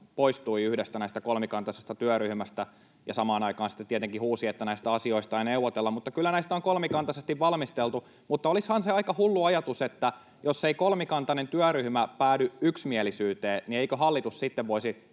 poistui yhdestä näistä kolmikantaisista työryhmistä, ja samaan aikaan sitten tietenkin huusi, että näistä asioista ei neuvotella. Kyllä näitä on kolmikantaisesti valmisteltu, mutta olisihan se aika hullu ajatus, että jos ei kolmikantainen työryhmä päädy yksimielisyyteen, niin eikö hallitus sitten voisi